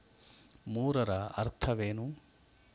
ಮೂರರ ಅರ್ಥವೇನು?